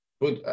put